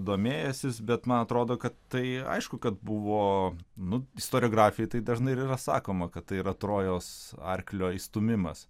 domėjęsis bet man atrodo kad tai aišku kad buvo nu istoriografijoj taip dažnai ir yra sakoma kad tai yra trojos arklio įstūmimas